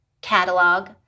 catalog